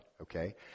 Okay